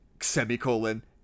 Semicolon